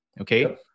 okay